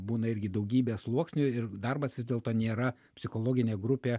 būna irgi daugybė sluoksnių ir darbas vis dėlto nėra psichologinė grupė